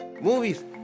Movies